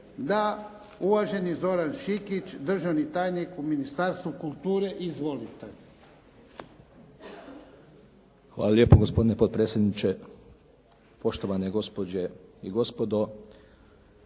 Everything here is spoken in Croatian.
Da. Uvaženi Zoran Šikić, državni tajnik u Ministarstvu kulture. Izvolite. **Šikić, Zoran** Hvala lijepo gospodine potpredsjedniče, poštovane gospođe i gospodo.